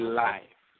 life